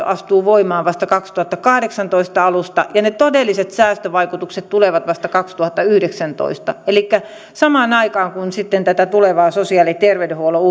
astuu voimaan vasta kaksituhattakahdeksantoista alusta ja ne todelliset säästövaikutukset tulevat vasta kaksituhattayhdeksäntoista elikkä samaan aikaan kun sitten tätä tulevaa sosiaali ja terveydenhuollon